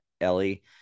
Ellie